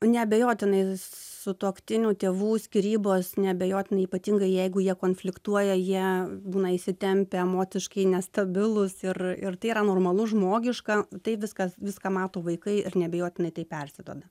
neabejotinai sutuoktinių tėvų skyrybos neabejotinai ypatingai jeigu jie konfliktuoja jie būna įsitempę emociškai nestabilūs ir ir tai yra normalu žmogiška tai viskas viską mato vaikai ir neabejotinai tai persiduoda